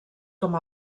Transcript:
com